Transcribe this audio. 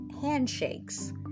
handshakes